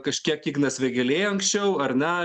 kažkiek ignas vėgėlė anksčiau ar ne